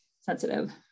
sensitive